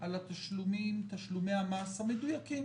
על תשלומי המס המדויקים